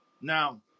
Now